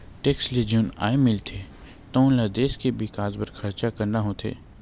tax ले जउन आय मिलथे तउन ल देस के बिकास बर खरचा करना होथे